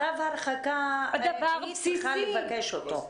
אבל צו הרחקה, היא צריכה לבקש אותו.